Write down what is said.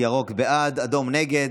ירוק זה בעד, אדום זה נגד.